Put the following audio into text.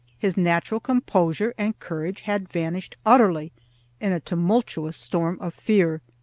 his natural composure and courage had vanished utterly in a tumultuous storm of fear.